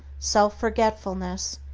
self-forgetfulness,